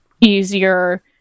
easier